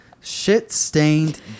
shit-stained